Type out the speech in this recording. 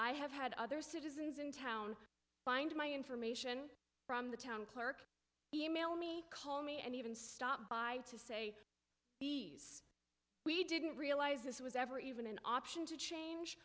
i have had other citizens in town find my information from the town clerk e mail me call me and even stop by to say bees we didn't realize this was ever even an option to change